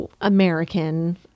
American